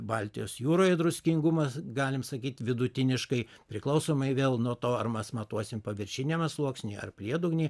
baltijos jūroje druskingumas galim sakyt vidutiniškai priklausomai vėl nuo to ar mes matuosim paviršiniame sluoksny ar priedugny